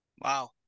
Wow